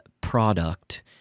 product